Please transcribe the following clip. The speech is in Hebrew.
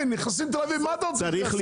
נכנסים לתל אביב מה אתה רוצה שנעשה?